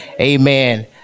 amen